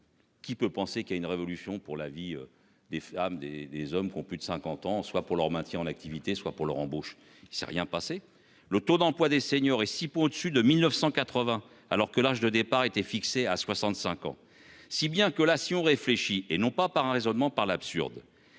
Qui peut penser qu'à une révolution pour la vie des femmes des des hommes qui ont plus de 50 ans, soit pour leur maintien en activité, soit pour leur embauche il s'est rien passé, le taux d'emploi des seniors et au-dessus de 1980 alors que l'âge de départ était fixé à 65 ans, si bien que là, si on réfléchit, et non pas par un raisonnement par l'absurde.